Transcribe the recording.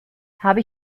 habe